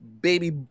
baby